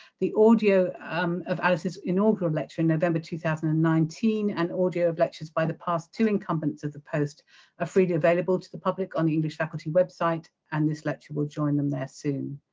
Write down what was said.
the audio um of alice's inaugural lecture in november two thousand and nineteen and audio of lectures by the past two incumbents of the post are freely available to the public on the english faculty website, and this lecture will join them there soon.